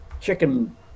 chicken